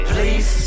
Please